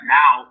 now